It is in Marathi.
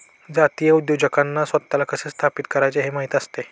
जातीय उद्योजकांना स्वतःला कसे स्थापित करायचे हे माहित आहे